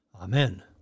Amen